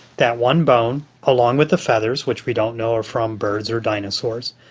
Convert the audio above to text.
that one bone, along with the feathers which we don't know are from birds or dinosaurs,